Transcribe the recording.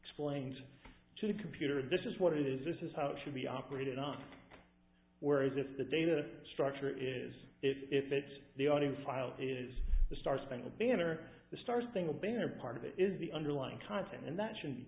explained to the computer and this is what it is this is how it should be operated on whereas if the data structure is if it's the audience file it is the star spangled banner the star spangled banner part of it is the underlying content and that should